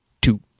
Two